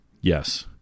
Yes